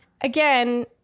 again